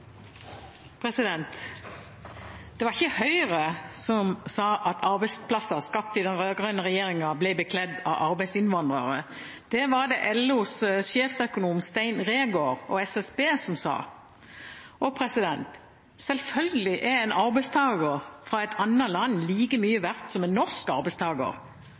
Det var ikke Høyre som sa at arbeidsplasser skapt av den rød-grønne regjeringen ble bekledt av arbeidsinnvandrere, det var det LOs sjeføkonom Stein Reegård og SSB som sa. Selvfølgelig er en arbeidstaker fra et annet land like mye verdt som en